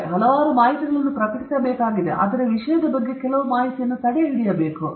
ಮತ್ತು ವಿಷಯಗಳ ಬಗ್ಗೆ ಹಲವಾರು ಮಾಹಿತಿಗಳನ್ನು ಪ್ರಕಟಿಸಬೇಕಾಗಿದೆ ಆದರೆ ವಿಷಯದ ಬಗ್ಗೆ ಕೆಲವು ಮಾಹಿತಿ ತಡೆಹಿಡಿಯಬೇಕು